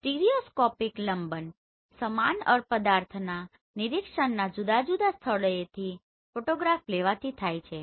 stereoscopic લંબન સમાન પદાર્થના નિરીક્ષણના જુદા જુદા સ્થળોએથી ફોટોગ્રાફ લેવાથી થાય છે